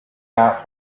out